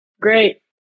great